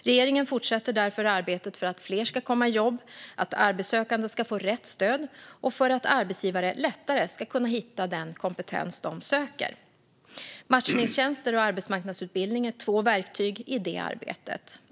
Regeringen fortsätter därför arbetet för att fler ska komma i jobb, för att arbetssökande ska få rätt stöd och för att arbetsgivare lättare ska kunna hitta den kompetens de söker. Matchningstjänster och arbetsmarknadsutbildning är två verktyg i det arbetet.